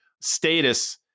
status